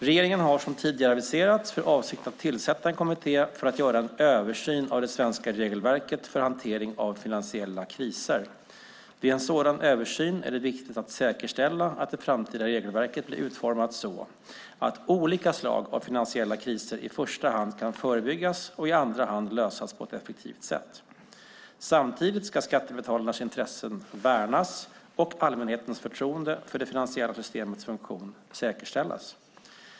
Regeringen har, som tidigare aviserats, för avsikt att tillsätta en kommitté för att göra en översyn av det svenska regelverket för hantering av finansiella kriser. Vid en sådan översyn är det viktigt att säkerställa att det framtida regelverket blir utformat så att olika slag av finansiella kriser i första hand kan förebyggas och i andra hand lösas på ett effektivt sätt. Samtidigt ska skattebetalarnas intressen värnas och allmänhetens förtroende för det finansiella systemets funktion säkerställas.